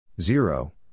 Zero